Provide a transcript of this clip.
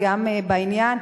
וגם בעניין,